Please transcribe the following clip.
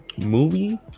movie